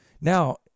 now